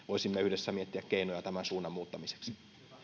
voisimme yhdessä miettiä keinoja tämän suunnan muuttamiseksi